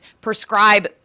prescribe